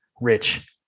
rich